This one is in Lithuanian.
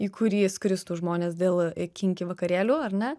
į kurį skristų žmonės dėl kinki vakarėlių ar ne